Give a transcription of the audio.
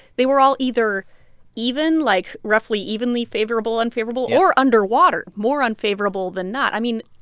they were all either even, like, roughly evenly favorable unfavorable or underwater, more unfavorable than not. i mean,